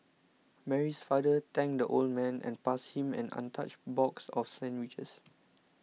Mary's father thanked the old man and passed him an untouched box of sandwiches